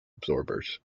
absorbers